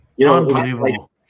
Unbelievable